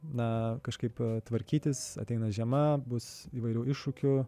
na kažkaip tvarkytis ateina žiema bus įvairių iššūkių